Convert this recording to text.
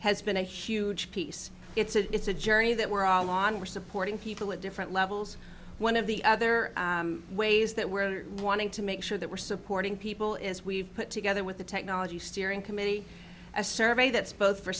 has been a huge piece it's a it's a journey that we're all on we're supporting people at different levels one of the other ways that we're wanting to make sure that we're supporting people is we've put together with the technology steering committee a survey that's both for